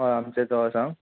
हय आमचेंच सांग